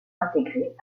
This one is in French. intégré